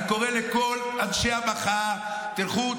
אני קורא לכל אנשי המחאה: תלכו,